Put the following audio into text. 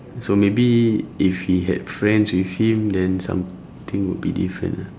so maybe if he had friends with him then something would be different ah